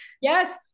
Yes